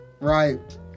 right